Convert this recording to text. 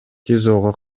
тизого